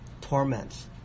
Torments